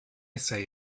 say